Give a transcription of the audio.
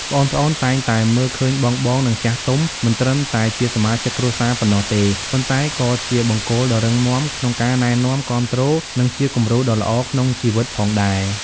ប្អូនៗតែងតែមើលឃើញបងៗ និងចាស់ទុំ មិនត្រឹមតែជាសមាជិកគ្រួសារប៉ុណ្ណោះទេ ប៉ុន្តែក៏ជា បង្គោលដ៏រឹងមាំ ក្នុងការណែនាំ គាំទ្រ និងជាគំរូដ៏ល្អក្នុងជីវិតផងដែរ។